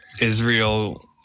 Israel